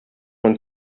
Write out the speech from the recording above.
man